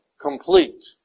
complete